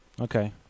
Okay